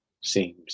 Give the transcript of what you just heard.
seems